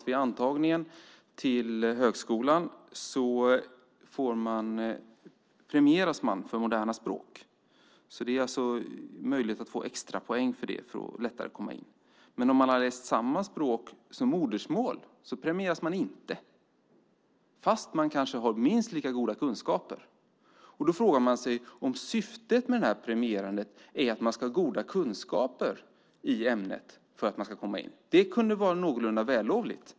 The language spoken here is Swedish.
Vid antagningen till högskolan premieras man ju för moderna språk. Det finns en möjlighet att få extrapoäng för det för att lättare komma in. Men om man har läst samma språk som modersmål premieras man inte, fast man kanske har minst lika goda kunskaper. Då frågar man sig om syftet med det här premierandet är att man ska ha goda kunskaper i ämnet för att man ska komma in. Det kunde vara någorlunda vällovligt.